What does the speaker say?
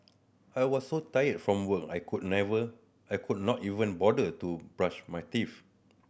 I was so tired from work I could never I could not even bother to brush my teeth